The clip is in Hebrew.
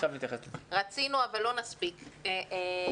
רצינו אבל לא נספיק לשמוע אותם,